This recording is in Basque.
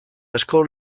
asko